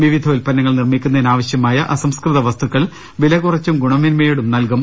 വിവിധ ഉൽപ്പന്നങ്ങൾ നിർമ്മിക്കുന്നതിനാവശ്യമായ അസംസ്കൃത വസ്തുക്കൾ വില കുറച്ചും ഗുണ മേന്മയോടും നൽകും